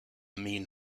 mean